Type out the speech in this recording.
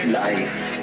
life